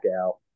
out